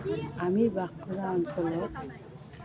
আমি বাস কৰা অঞ্চলত